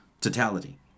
Totality